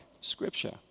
Scripture